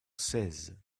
seize